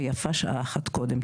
ויפה שעה אחת קודם.